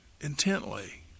intently